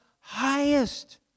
highest